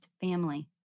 family